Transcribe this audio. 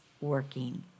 working